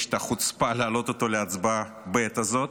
יש את החוצפה להעלות אותו להצבעה בעת הזאת,